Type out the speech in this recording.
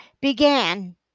began